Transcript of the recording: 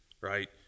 right